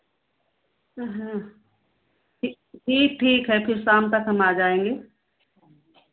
हाँ ठि ठीक ठीक है फिर शाम तक हम आ जाएँगे